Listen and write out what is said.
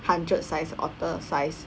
hundred-sized otter size